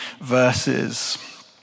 verses